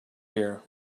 here